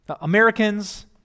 Americans